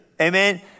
Amen